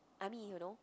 I mean you know